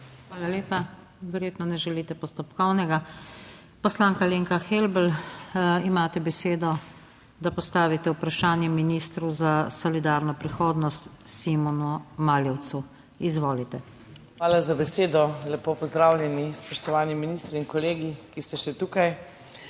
Hvala lepa. Verjetno ne želite postopkovnega. Poslanka Alenka Helbl, imate besedo, da postavite vprašanje ministru za solidarno prihodnost Simonu Maljevcu. Izvolite. ALENKA HELBL (PS SDS): Hvala za besedo. Lepo pozdravljeni, spoštovani ministri in kolegi, ki ste še tukaj!